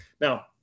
Now